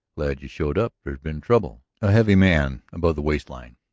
glad you showed up. there's been trouble. a heavy man above the waist-line,